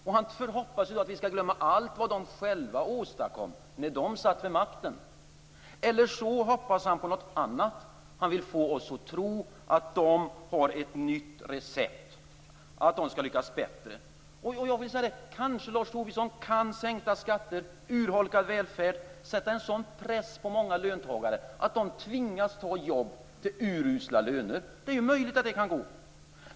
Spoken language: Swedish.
Och han hoppas att vi skall glömma allt vad Moderaterna själva åstadkom när de satt vid makten. Eller så hoppas han på något annat: Han vill få oss att tro att Moderaterna har ett nytt recept och att de skall lyckas bättre. Kanske är det så att sänkta skatter och urholkad välfärd kan sätta en sådan press på många löntagare att de tvingas ta jobb till urusla löner, Lars Tobisson. Det är möjligt att det kan gå.